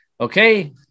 Okay